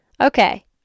Okay